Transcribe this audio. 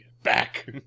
back